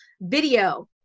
video